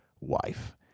wife